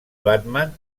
batman